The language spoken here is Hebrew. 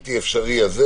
הבלתי אפשרי הזה